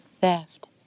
theft